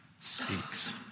speaks